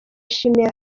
yishimiye